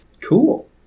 Cool